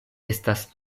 estas